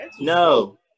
No